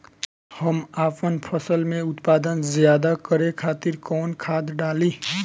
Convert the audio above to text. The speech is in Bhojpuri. हम आपन फसल में उत्पादन ज्यदा करे खातिर कौन खाद डाली?